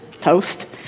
toast